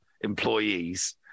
employees